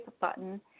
button